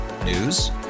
News